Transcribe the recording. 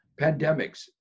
pandemics